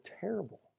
terrible